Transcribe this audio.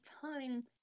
time